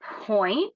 point